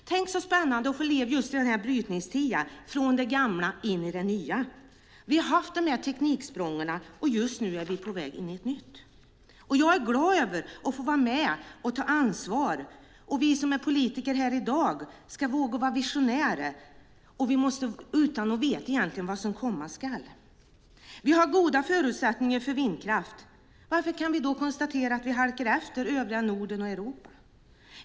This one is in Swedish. Tänk så spännande det är att få leva just i denna brytningstid, från det gamla in i det nya. Vi har haft dessa tekniksprång, och just nu är vi på väg in i ett nytt. Jag är glad över att få vara med och ta ansvar. Vi som är politiker här i dag ska våga vara visionärer utan att egentligen veta vad som komma skall. Vi har goda förutsättningar för vindkraft. Varför kan vi då konstatera att vi halkar efter övriga Norden och Europa?